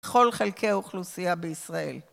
כל חלקי האוכלוסייה בישראל.